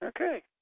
Okay